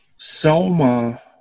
Selma